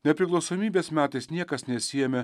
nepriklausomybės metais niekas nesiėmė